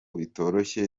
bitoroshye